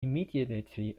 immediately